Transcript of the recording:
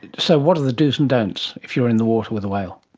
so what are the dos and don'ts if you are in the water with a whale?